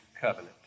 covenant